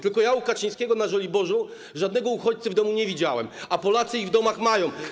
Tylko ja u Kaczyńskiego na Żoliborzu żadnego uchodźcy w domu nie widziałem, a Polacy ich w domach mają.